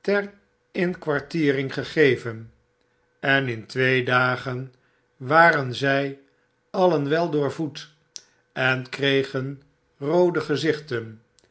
inkwartiering gegeven en in twee dagen waren zy alien wel doorvoed en kregen roode gezichten